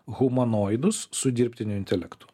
humanoidus su dirbtiniu intelektu